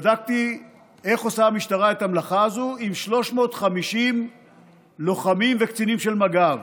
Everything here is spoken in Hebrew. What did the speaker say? בדקתי איך עושה המשטרה את המלאכה הזו עם 350 לוחמים וקצינים של מג"ב.